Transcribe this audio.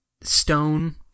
stone